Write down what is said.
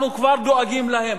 אנחנו כבר דואגים להם,